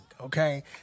okay